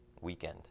weekend